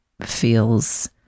feels